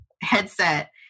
headset